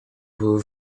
blue